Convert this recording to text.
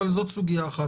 אבל זאת סוגיה אחת.